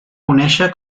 conèixer